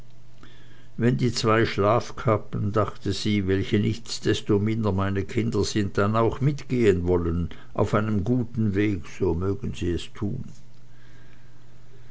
wenn die zwei schlafkappen dachte sie welche nichtsdestominder meine kinder sind dann auch mitgehen wollen auf einem guten wege so mögen sie es tun